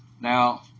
Now